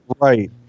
Right